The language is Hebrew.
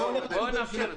בואו נמשיך.